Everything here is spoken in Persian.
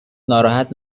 ناراحت